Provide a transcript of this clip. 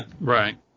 Right